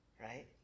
right